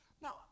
Now